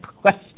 question